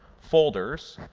folders,